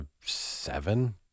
Seven